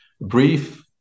brief